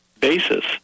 basis